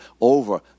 over